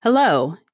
Hello